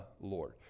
Lord